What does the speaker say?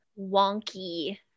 wonky